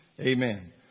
Amen